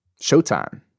Showtime